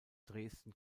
dresden